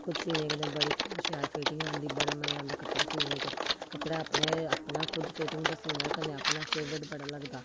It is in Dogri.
खुद सीने कन्नै बड़ी शैल फिटिंग औंदी बड़ा मजा औंदा कपड़े सीने च कपड़े दा अपना खुद फिंटिग दा सीना कन्नै अपना फेवरट बड़ा लगदा